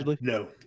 no